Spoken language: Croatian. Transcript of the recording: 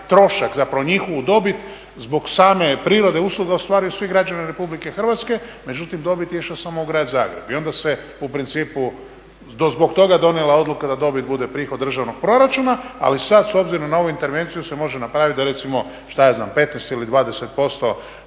trošak, zapravo njihovu dobit zbog same prirode usluga ostvaruju svi građani RH, međutim dobit je išla samo u Grad Zagreb. I onda se u principu zbog toga donijela odluka da dobit bude prihod državnog proračuna. Ali sad s obzirom na ovu intervenciju se može napraviti da recimo što ja znam 15 ili 20%